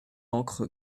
encre